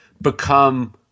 become